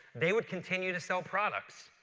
they would continue to sell products.